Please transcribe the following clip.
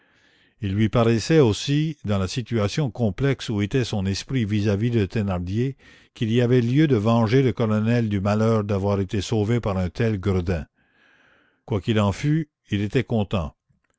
il lui paraissait aussi dans la situation complexe où était son esprit vis-à-vis de thénardier qu'il y avait lieu de venger le colonel du malheur d'avoir été sauvé par un tel gredin quoi qu'il en fût il était content